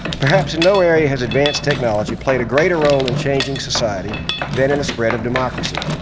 perhaps in no area has advanced technology played a greater role in changing society than in the spread of democracy.